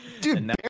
Dude